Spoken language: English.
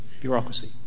bureaucracy